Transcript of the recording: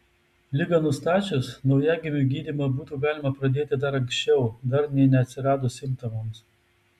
ligą nustačius naujagimiui gydymą būtų galima pradėti dar anksčiau dar nė neatsiradus simptomams